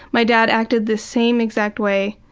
my dad acted the same exact way